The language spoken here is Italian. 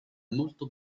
molto